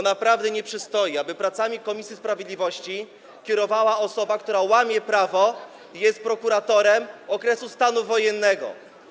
Naprawdę bowiem nie przystoi, aby pracami komisji sprawiedliwości kierowała osoba, która łamie prawo i jest prokuratorem ze stanu wojennego.